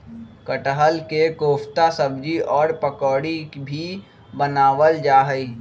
कटहल के कोफ्ता सब्जी और पकौड़ी भी बनावल जा हई